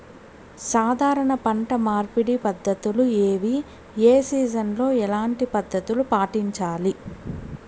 సాధారణ పంట మార్పిడి పద్ధతులు ఏవి? ఏ సీజన్ లో ఎట్లాంటి పద్ధతులు పాటించాలి?